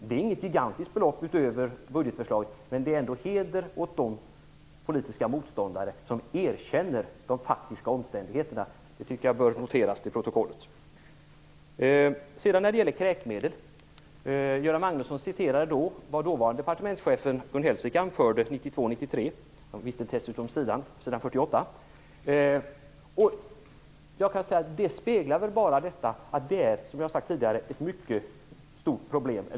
Det är inget gigantiskt belopp utöver budgetförslaget, men ändå: Heder åt de politiska motståndare som erkänner de faktiska omständigheterna! Det tycker jag bör noteras till protokollet. När det sedan gäller kräkmedel citerade Göran Gun Hellsvik anförde 1992-1993. Han visste dessutom att det var på s. 48. Då vill jag säga: Det speglar väl bara det jag har sagt tidigare, nämligen att det är ett mycket stort problem.